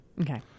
Okay